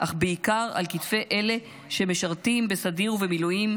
אך בעיקר על כתפי אלה שמשרתים בסדיר ובמילואים,